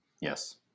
yes